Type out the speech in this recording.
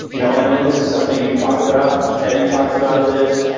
you know i know this is something you talk about, teddy talks about this,